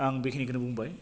आं बेखिनिखौनो बुंबाय